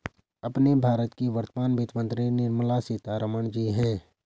अपने भारत की वर्तमान वित्त मंत्री निर्मला सीतारमण जी हैं